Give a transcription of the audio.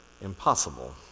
impossible